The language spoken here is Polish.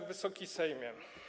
Wysoki Sejmie!